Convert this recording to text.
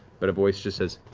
but a voice just says,